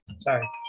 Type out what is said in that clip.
Sorry